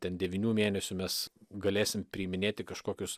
ten devynių mėnesių mes galėsim priiminėti kažkokius